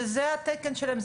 שזה התקן שלהם,